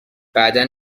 بعدا